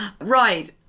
Right